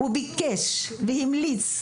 וביקש, והמליץ,